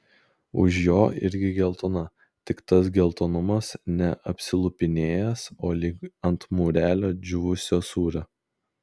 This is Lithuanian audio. už jo irgi geltona tik tas geltonumas ne apsilupinėjęs o lyg ant mūrelio džiūvusio sūrio